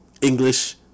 English